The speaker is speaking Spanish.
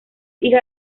hija